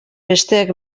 besteak